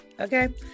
Okay